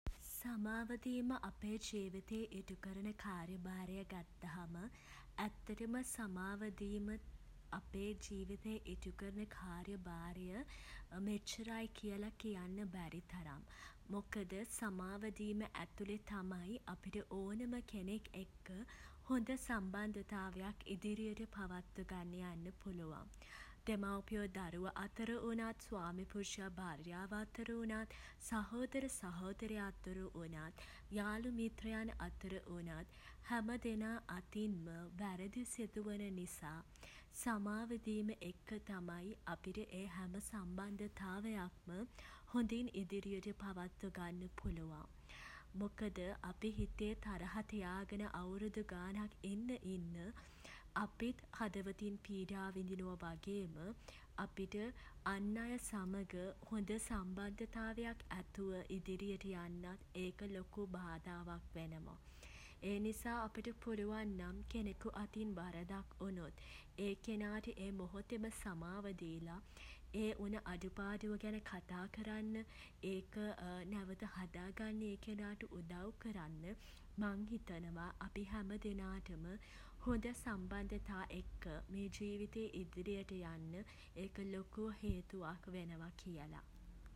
සමාව දීම අපේ ජීවිතයේ ඉටු කරන කාර්යභාරය ගත්තහම ඇත්තටම සමාව දීම අපේ ජීවිතයේ ඉටුකරන කාර්යභාරය මෙච්චරයි කියලා කියන්න බැරි තරම්. මොකද සමාව දීම ඇතුළේ තමයි අපිට ඕනම කෙනෙක් එක්ක හොඳ සම්බන්ධතාවයක් ඉදිරියට පවත්ව ගෙන යන්න පුළුවන්. දෙමව්පියෝ දරුවෝ අතර වුණත් ස්වාමිපුරුෂයා භාර්යාව අතර වුණත් සහෝදර සහෝදරියෝ අතර වුණත් යාළු මිත්‍රයන් අතර වුණත් හැමදෙනා අතින්ම වැරදි සිදු වන නිසා සමාව දීම එක්ක තමයි අපිට ඒ හැම සම්බන්ධතාවයක්ම හොඳින් ඉදිරියට පවත්ව ගන්න පුළුවන්. මොකද අපි හිතේ තරහ තියාගෙන අවුරුදු ගාණක් ඉන්න ඉන්න අපිත් හදවතින් පීඩා විඳිනවා වගේම අපිට අන් අය සමඟ හොඳ සම්බන්ධතාවයක් ඇතුව ඉදිරියට යන්නත් ඒක ලොකු බාධාවක් වෙනවා. ඒ නිසා අපිට පුළුවන් නම් කෙනෙකු අතින් වරදක් වුණොත් ඒ කෙනාට ඒ මොහොතෙම සමාව දීලා ඒ වුණ අඩු පාඩුව ගැන කතා කරන්න. ඒක නැවත හදාගන්න ඒ කෙනාට උදව් කරන්න. මං හිතනවා අපි හැම දෙනාටම හොඳ සම්බන්ධතා එක්ක මේ ජීවිතයේ ඉදිරියට යන්න ඒක ලොකු හේතුවක් වෙනවා කියලා.